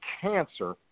Cancer